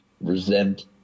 resent